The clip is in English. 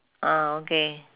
ah okay